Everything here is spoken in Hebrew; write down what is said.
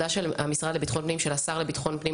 המשרד לביטחון הפנים והשר לביטחון הפנים,